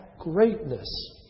greatness